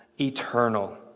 eternal